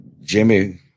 Jimmy